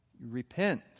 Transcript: Repent